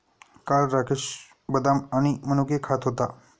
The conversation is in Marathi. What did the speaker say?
काल राकेश बदाम आणि मनुके खात होता